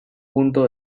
punto